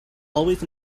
always